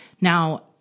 Now